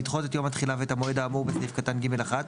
לדחות את יום התחילה ואת המועד האמור בסעיף קטן (ג)(1),